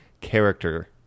character